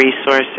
resources